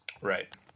Right